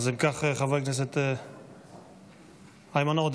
אם כך, חבר הכנסת איימן עודה.